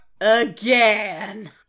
Again